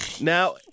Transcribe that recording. Now